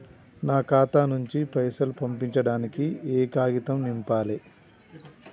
నా ఖాతా నుంచి పైసలు పంపించడానికి ఏ కాగితం నింపాలే?